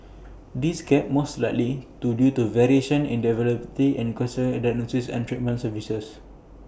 this gap most likely due to variations in the availability and quality of cancer diagnosis and treatment services